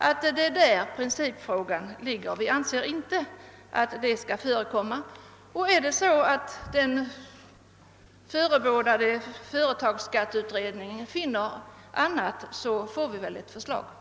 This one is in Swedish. Det är där själva principfrågan ligger. Vi anser inte att sådant skall få förekomma. Om den förebådade företagsskatteutredningen kommer fram till något annat resultat, får vi väl så småningom ett förslag därom.